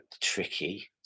tricky